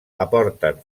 aporten